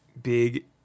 Big